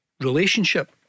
relationship